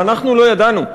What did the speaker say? ואנחנו לא ידענו,